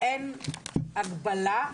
אין הגבלה.